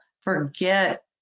forget